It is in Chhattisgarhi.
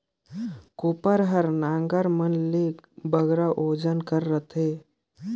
कोपर हर नांगर मन ले बगरा ओजन कर रहथे